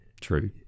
true